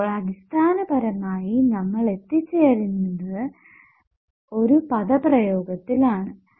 അപ്പോൾ അടിസ്ഥാനപരമായി നമ്മൾ എത്തിച്ചേർന്നിരിക്കുന്നത് ഒരു പദപ്രയോഗത്തിൽ ആണ്